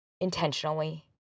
intentionally